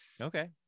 okay